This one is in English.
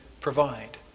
provide